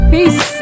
Peace